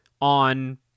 on